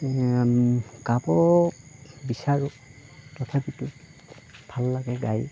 গাব বিচাৰোঁ তথাপিতো ভাল লাগে গায়